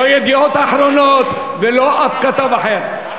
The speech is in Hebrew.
לא "ידיעות אחרונות" ולא אף כתב אחר.